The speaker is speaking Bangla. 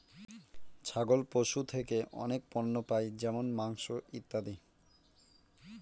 ছাগল পশু থেকে অনেক পণ্য পাই যেমন মাংস, ইত্যাদি